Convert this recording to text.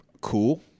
cool